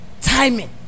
Timing